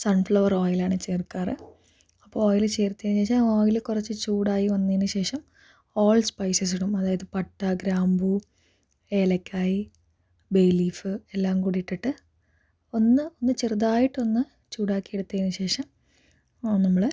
sun flower ഓയിലാണ് ചേർക്കാറ് അപ്പോൾ ഓയിൽ ചേർത്തതിന് ശേഷം ആ ഓയിൽ കുറച്ച് ചൂടായി വന്നതിന് ശേഷം ഓൾ സ്പൈസസ് ഇടും അതായത് പട്ട ഗ്രാമ്പൂ ഏലക്കായ് ബേ ലീഫ് എല്ലാം കൂടി ഇട്ടിട്ട് ഒന്ന് ഒന്ന് ചെറുതായിട്ട് ഒന്ന് ചൂടാക്കി എടുത്തതിന് ശേഷം നമ്മൾ